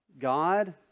God